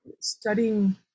studying